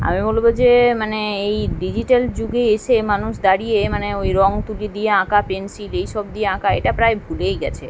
আমি বলব যে মানে এই ডিজিটাল যুগে এসে মানুষ দাঁড়িয়ে মানে ওই রঙ তুলি দিয়ে আঁকা পেনসিল এই সব দিয়ে আঁকা এটা প্রায় ভুলেই গিয়েছে